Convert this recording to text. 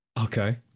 Okay